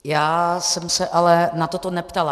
Já jsem se ale na toto neptala.